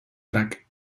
track